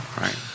right